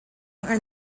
earned